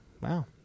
wow